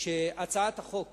שהצעת החוק